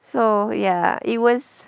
so ya it was